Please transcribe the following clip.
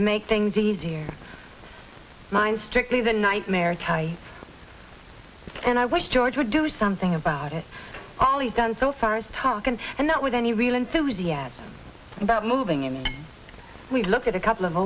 to make things easier mind strictly the nightmare ty and i wish george would do something about it all he does so far as talkin and not with any real enthusiasm about moving in we look at a couple of